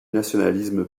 nationalisme